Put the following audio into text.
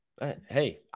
Hey